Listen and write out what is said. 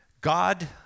God